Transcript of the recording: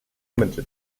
ltd